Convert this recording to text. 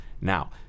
Now